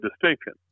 distinction